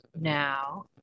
now